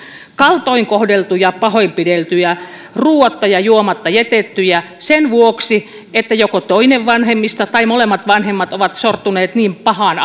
kaltoinkohdeltuja pahoinpideltyjä ruoatta ja juomatta jätettyjä sen vuoksi että joko toinen vanhemmista tai molemmat vanhemmat ovat sortuneet niin pahaan